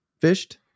fished